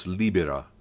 libera